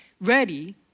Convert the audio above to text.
ready